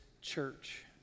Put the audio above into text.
church